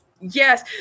yes